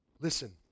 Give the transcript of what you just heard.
Listen